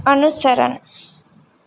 અનુસરણ